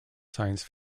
science